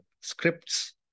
scripts